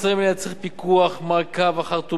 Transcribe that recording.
ומעקב אחר הטובין הפטורים מצד רשות המסים,